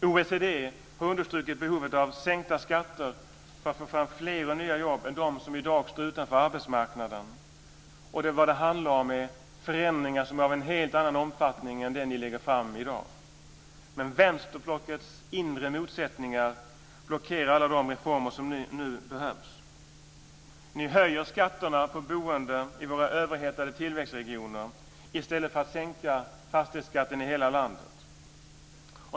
OECD har understrukit behovet av sänkta skatter för att få fram fler och nya jobb för dem som i dag står utanför arbetsmarknaden. Det handlar om förändringar av en helt annan omfattning än de förslag ni lägger fram i dag. Vänsterblockets inre motsättningar blockerar alla de reformer som nu behövs. Ni höjer skatterna på boende i våra överhettade tillväxtregioner i stället för att sänka fastighetsskatten i hela landet.